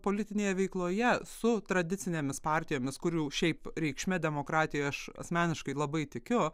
politinėje veikloje su tradicinėmis partijomis kurių šiaip reikšme demokratijoj aš asmeniškai labai tikiu